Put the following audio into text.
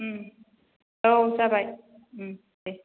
औ जाबाय दे